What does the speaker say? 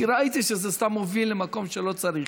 כי ראיתי שזה סתם מוביל למקום שלא צריך.